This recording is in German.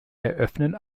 eröffnen